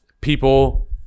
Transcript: people